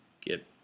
get